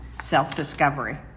self-discovery